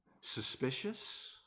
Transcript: suspicious